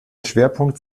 schwerpunkt